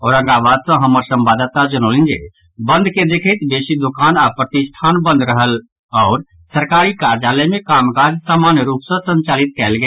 औरंगाबाद सँ हमर संवाददाता जनौलनि जे बंद के देखैत बेसी दोकान आओर प्रतिष्ठान बंद रहल आओर सरकारी कार्यालय मे कामकाज समान्य रूप सँ संचालित कयल गेल